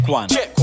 one